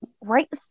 right